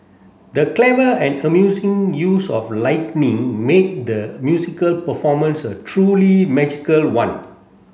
the clever and amusing use of lightning made the musical performance a truly magical one